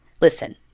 Listen